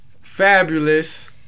Fabulous